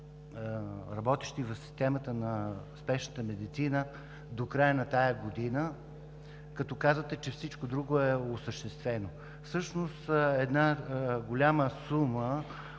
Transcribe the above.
работещи в системата на спешната медицина до края на тази година, като казвате, че всичко друго е осъществено? Всъщност една голяма сума,